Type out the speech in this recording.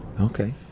Okay